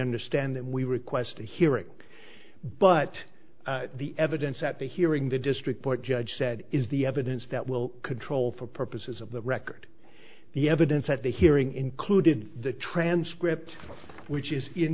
understand that we request a hearing but the evidence at the hearing the district court judge said is the evidence that will control for purposes of the record the evidence at the hearing included the transcript which is in